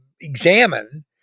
examine